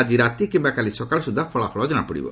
ଆଜି ରାତି କିମ୍ବା କାଲି ସକାଳ ସୁଦ୍ଧା ଫଳାଫଳ ଜଣାପଡ଼ିବ